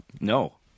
no